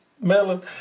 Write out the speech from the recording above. Melon